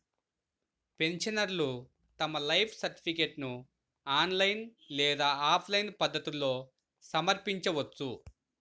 పెన్షనర్లు తమ లైఫ్ సర్టిఫికేట్ను ఆన్లైన్ లేదా ఆఫ్లైన్ పద్ధతుల్లో సమర్పించవచ్చు